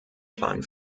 plan